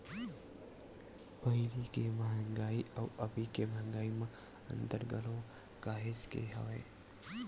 पहिली के मंहगाई अउ अभी के मंहगाई म अंतर घलो काहेच के हवय